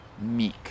meek